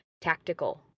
tactical